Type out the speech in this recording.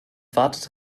wartet